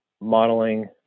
modeling